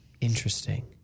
Interesting